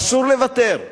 ואסור לוותר.